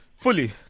Fully